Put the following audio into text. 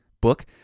book